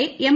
A M